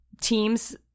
teams